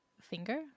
Finger